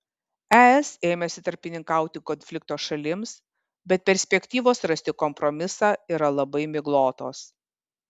es ėmėsi tarpininkauti konflikto šalims bet perspektyvos rasti kompromisą yra labai miglotos